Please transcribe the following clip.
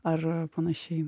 ar panašiai